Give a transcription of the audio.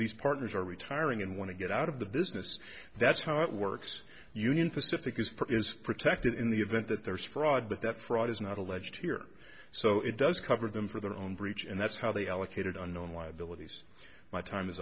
these partners are retiring and want to get out of the business that's how it works union pacific is part is protected in the event that there's fraud but that fraud is not alleged here so it does cover them for their own breach and that's how they allocated unknown liabilities my time is